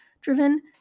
driven